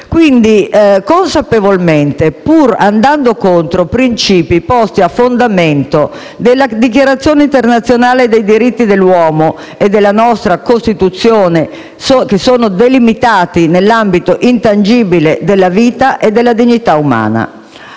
agisce consapevolmente, pur andando contro principi posti a fondamento della Dichiarazione universale dei diritti dell'uomo e della nostra Costituzione, che sono delimitati nell'ambito intangibile della vita e della dignità umana.